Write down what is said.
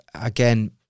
again